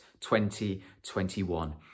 2021